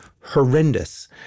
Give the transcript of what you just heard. horrendous